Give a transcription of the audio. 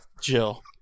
Jill